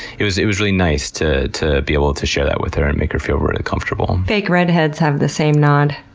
it was it was really nice to to be able to share that with her and make her feel really comfortable. fake redheads have the same nod.